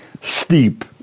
steep